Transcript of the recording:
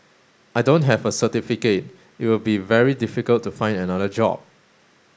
I don't have a certificate it will be very difficult to find another job